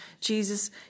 Jesus